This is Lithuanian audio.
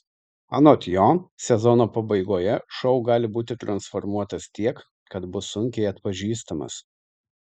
anot jo sezono pabaigoje šou gali būti transformuotas tiek kad bus sunkiai atpažįstamas